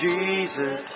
Jesus